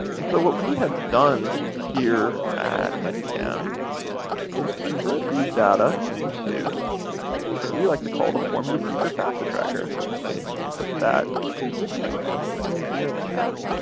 and so what we have done here at and ncan is to convert these data into something we like to call the form your future fafsa tracker. let me put that link for you here in the chat